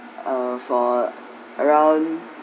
uh for around